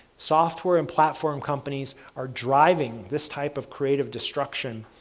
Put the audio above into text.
software and platform companies are driving this type of creative destruction,